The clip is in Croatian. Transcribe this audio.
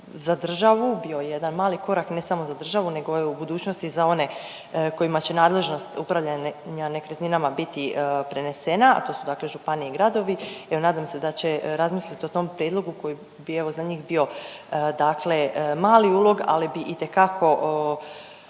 za državu bio jedan mali korak, ne samo za državu nego evo i u budućnosti i za one kojima će nadležnost upravljanja nekretninama biti prenesena, a to su dakle županije i gradovi. Evo nadam se da će razmisliti o tom prijedlogu koji bi evo za njih bio dakle mali ulog ali bi itekako